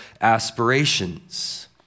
aspirations